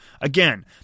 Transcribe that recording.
Again